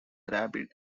rabbit